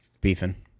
beefing